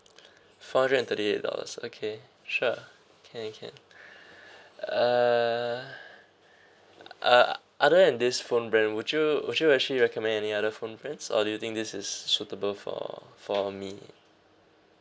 four hundred and thirty eight dollars okay sure can can uh uh other than this phone brand would you would you actually recommend any other phone brands or do you think this is suitable for for me